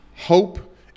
hope